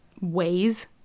ways